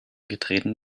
getreten